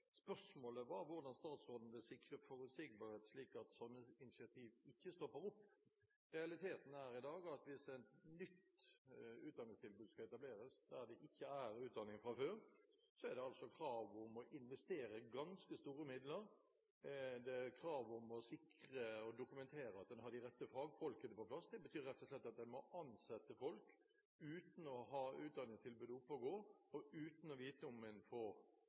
Spørsmålet var hvordan statsråden vil sikre forutsigbarhet, slik at sånne initiativ ikke stopper opp. Realiteten i dag er at hvis et nytt utdanningstilbud skal etableres der det ikke er utdanning fra før, er det krav om å investere ganske store midler, det er krav om å sikre og dokumentere at en har de rette fagfolkene på plass. Det betyr rett og slett at en må ansette folk uten å ha utdanningstilbudet oppe å gå og uten å vite om en